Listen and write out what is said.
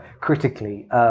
critically